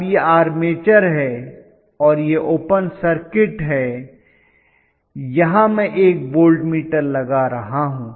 अब यह आर्मेचर है और यह ओपन सर्किट है यहां मैं एक वोल्टमीटर लगा रहा हूं